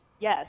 Yes